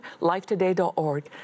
lifetoday.org